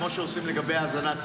כמו שעושים לגבי האזנת סתר?